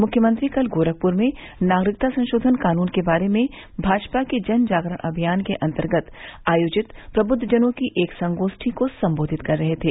मुख्यमंत्री कल गोरखपुर में नागरिकता संशोधन कानून के बारे में भाजपा के जन जागरण अभियान के अंतर्गत आयोजित प्रदुद्वजनों की एक संगोष्ठी को संबोधित कर रहे थे